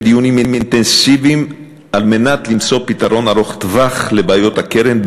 דיונים אינטנסיביים כדי למצוא פתרון ארוך טווח לבעיות הקרן,